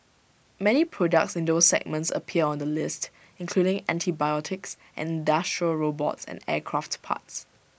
many products in those segments appear on the list including antibiotics and industrial robots and aircraft parts